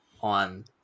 on